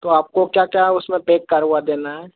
तो आपको क्या क्या उसमें पेक करवा देना है